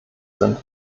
sind